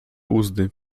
uzdy